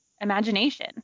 imagination